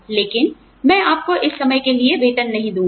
लेकिन मैं आपको इस समय के लिए वेतन नहीं दूँगा